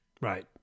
Right